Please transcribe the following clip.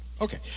okay